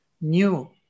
new